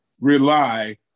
rely